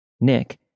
Nick